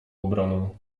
obronę